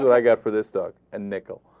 i got for the start and nickel